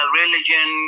religion